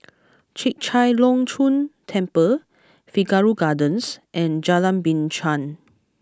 Chek Chai Long Chuen Temple Figaro Gardens and Jalan Binchang